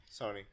Sony